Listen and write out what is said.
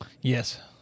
Yes